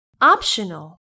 Optional